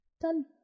Done